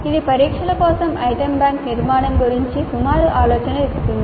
ఇది పరీక్షల కోసం ఐటెమ్ బ్యాంక్ నిర్మాణం గురించి సుమారు ఆలోచనను ఇస్తుంది